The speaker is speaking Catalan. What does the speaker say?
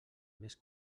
més